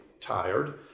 tired